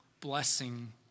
blessing